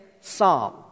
psalm